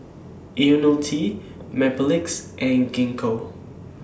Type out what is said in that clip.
Ionil T Mepilex and Gingko